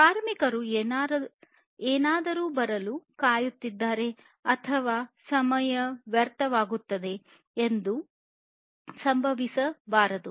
ಕಾರ್ಮಿಕರು ಏನಾದರೂ ಬರಲು ಕಾಯುತ್ತಿದ್ದಾರೆ ಮತ್ತು ಸಮಯ ವ್ಯರ್ಥವಾಗುತ್ತದೆ ಎಂದು ಸಂಭವಿಸಬಾರದು